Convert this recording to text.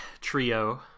trio